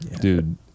dude